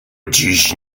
dziś